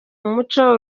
umuco